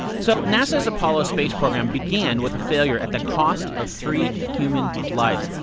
so nasa's apollo space program began with a failure at the cost of three human lives.